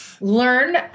learn